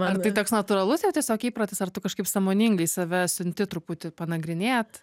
ar tai toks natūralus yra tiesiog įprotis ar tu kažkaip sąmoningai save siunti truputį panagrinėt